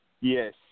yes